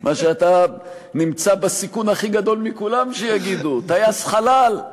מה שאתה נמצא בסיכון הכי גדול מכולם שיגידו: טייס חלל,